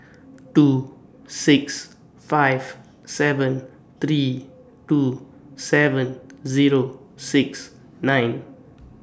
two six five seven three two seven Zero six nine